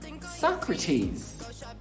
Socrates